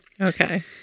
Okay